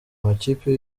makipe